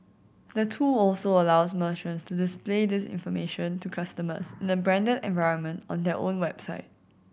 the tool also allows merchants to display this information to customers in a branded environment on their own website